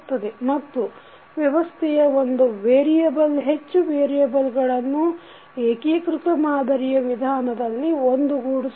ಮತ್ತು ವ್ಯವಸ್ಥೆಯ ಒಂದು ವೇರಿಯಬಲ್ ಹೆಚ್ಚು ವೇರಿಯಬಲ್ಗಳನ್ನು ಏಕೀಕೃತ ಮಾದರಿಯ ವಿಧಾನದಲ್ಲಿ ಒಂದುಗೂಡಿಸುವುದು